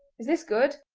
is this good